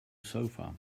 sofa